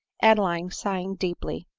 adeline, sighing deeply,